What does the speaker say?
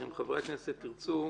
אם חברי הכנסת ירצו,